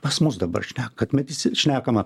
pas mus dabar šnek kad nu visi šnekama